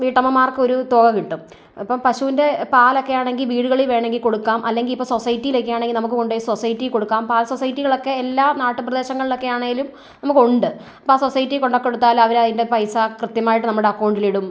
വീട്ടമ്മമാർക്ക് ഒരു തുക കിട്ടും അപ്പം പശുവിൻ്റെ പാൽ ഒക്കെയാണെങ്കിൽ വീടുകളിൽ വേണമെങ്കിൽ കൊടുക്കാം അല്ലെങ്കിൽ ഇപ്പം സൊസൈറ്റിയിലേക്ക് ഒക്കെ ആണെങ്കിൽ നമുക്ക് കൊണ്ടുപോയി സൊസൈറ്റിയിൽ കൊടുക്കാം പാൽ സൊസൈറ്റികളൊക്കെ എല്ലാ നാട്ടു പ്രദേശങ്ങളിലൊക്കെ ആണെങ്കിലും നമുക്കുണ്ട് അപ്പം ആ സൊസൈറ്റിയിൽ കൊണ്ട് കൊടുത്താൽ അവർ അതിന്റെ പൈസ കൃത്യമായിട്ട് നമ്മുടെ അക്കൗണ്ടിൽ ഇടും